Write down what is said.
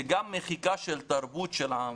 שגם מחיקה של תרבות של העם,